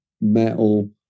metal